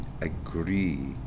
agree